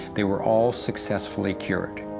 they were all successfully cured.